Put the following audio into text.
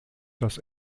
dass